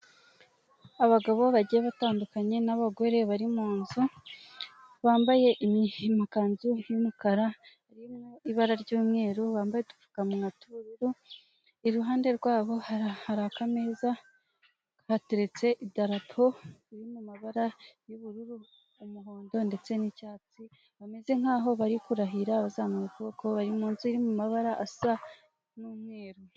Abagabo bagiye batandukanye n'abagore bari mu nzu, bambaye amakanzu y'umukara mu ibara ry'umweru bambaye udupfukamunwa iruhande rwabo hari akameza hateretse idarapo ririmo amabara y'ubururu n'umuhondo ndetse n'icyatsi bameze nkaho bari kurahira bazamura ukuboko bari munsi y'mabara asa n'umweru.